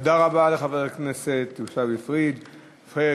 תודה רבה לחבר הכנסת עיסאווי פריג'.